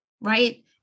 Right